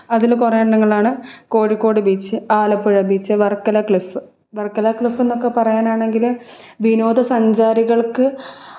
അതിൽ കുറേ എണ്ണങ്ങളാണ് Kozhikode beach Alappuzha beach Varkala cliff Varkala ക്ലിഫെന്നൊക്കെ പറയാനാണെങ്കിൽ വിനോദസഞ്ചാരികൾക്ക്